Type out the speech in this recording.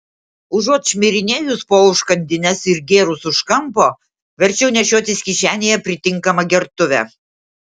užuot šmirinėjus po užkandines ir gėrus už kampo verčiau nešiotis kišenėje pritinkamą gertuvę